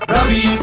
Ravi